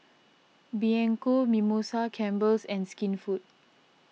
Bianco Mimosa Campbell's and Skinfood